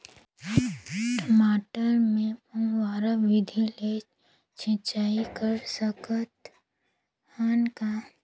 मटर मे फव्वारा विधि ले सिंचाई कर सकत हन का?